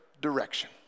direction